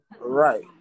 Right